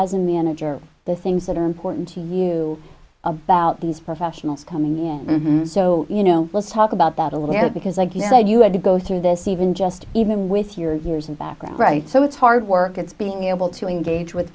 as a manager the things that are important to you about these professionals coming in so you know let's talk about that a little bit because like you said you had to go through this even just even with your years and background right so it's hard work it's being able to engage with